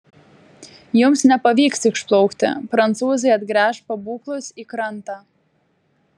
jums nepavyks išplaukti prancūzai atgręš pabūklus į krantą